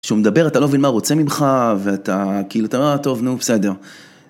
כשהוא מדבר אתה לא מבין מה הוא רוצה ממך ואתה כאילו אתה אומר טוב נו בסדר.